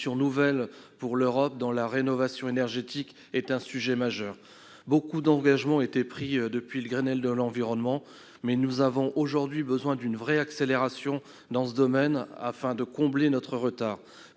nouvelle pour l'Europe, qui voit dans la rénovation énergétique un sujet majeur. Beaucoup d'engagements ont été pris depuis le Grenelle de l'environnement, mais nous avons aujourd'hui besoin d'une vraie accélération dans ce domaine pour combler notre retard.